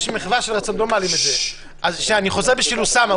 שנייה, אני חוזר בשביל אוסאמה.